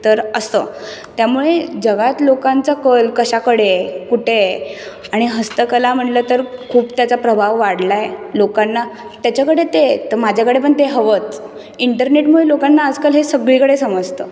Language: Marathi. तर असं त्यामुळे जगात लोकांचा कल कशाकडे आहे कुठे आहे आणि हस्तकला म्हटलं तर खूप त्याचा प्रभाव वाढला आहे लोकांना त्याच्याकडे ते आहे तर माझ्याकडे पण ते हवंच इंटरनेटमुळे लोकांना आजकाल हे सगळीकडे समजतं